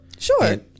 Sure